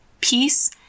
peace